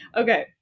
Okay